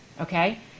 okay